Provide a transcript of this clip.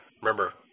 remember